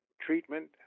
treatment